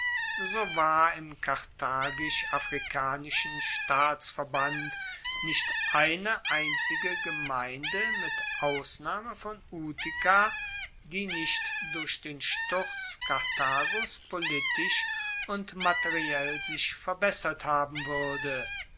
so war im karthagisch afrikanischen staatsverband nicht eine einzige gemeinde mit ausnahme von utica die nicht durch den sturz karthagos politisch und materiell sich verbessert haben wuerde